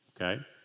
Okay